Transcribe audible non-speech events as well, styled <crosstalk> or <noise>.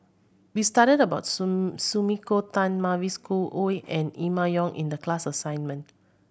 we studied about <unintelligible> Sumiko Tan Mavis Khoo Oei and Emma Yong in the class assignment